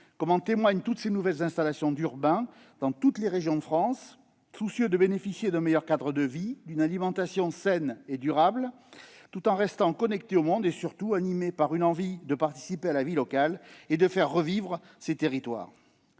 comme en témoignent toutes ces nouvelles installations d'urbains, dans toutes les régions de France, soucieux de bénéficier d'un meilleur cadre de vie et d'une alimentation saine et durable, tout en restant connectés au monde et, surtout, animés par l'envie de participer à la vie locale et de faire revivre ces territoires.